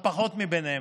הפחות מביניהם.